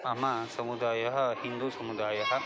मम समुदायः हिन्दुसमुदायः